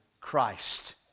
Christ